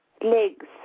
legs